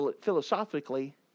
philosophically